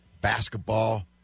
basketball